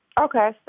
Okay